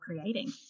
creating